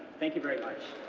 thank you very much.